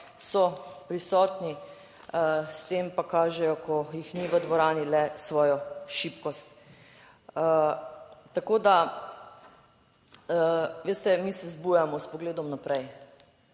so prisotni, s tem pa kažejo, ko jih ni v dvorani, le svojo šibkost. Tako da, veste, mi se zbujamo s pogledom naprej.